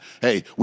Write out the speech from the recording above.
Hey